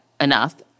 enough